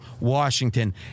Washington